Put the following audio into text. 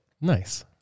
Nice